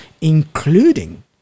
including